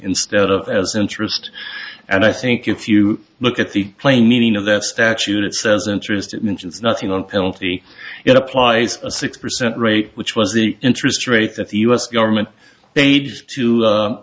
instead of as an interest and i think if you look at the plain meaning of that statute it says interest it mentions nothing on penalty it applies a six percent rate which was the interest rate that the u s government paid to